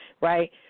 right